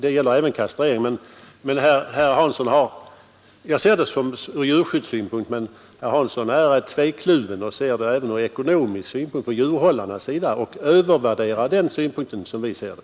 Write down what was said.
Det gäller även kastrering, och det är det enda yrkande jag har ställt. Jag ser det hela från djurskyddssynpunkt, men herr Hansson är tvekluven och ser det även från ekonomisk synpunkt med tanke på djurhållarna. Han övervärderar den synpunkten, som jag ser det.